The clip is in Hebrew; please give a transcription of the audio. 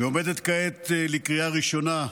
לקריאה הראשונה.